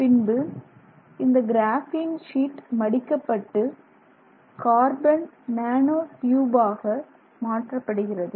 பின்பு இந்த graphene sheet மடிக்கப்பட்டு கார்பன் நேனோ டியூப் ஆக மாற்றப்படுகிறது